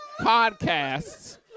podcasts